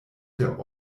der